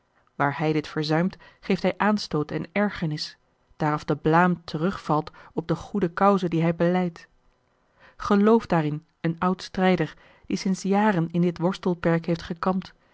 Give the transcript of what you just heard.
waar hij dit verzuimt geeft hij aanstoot en ergernis daaraf de blaam terugvalt op de goede cause die hij belijdt geloof daarin een oud strijder die sinds jaren in het worstelperk heeft gekampt